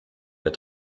der